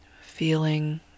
Feeling